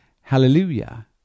Hallelujah